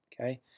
Okay